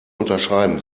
unterschreiben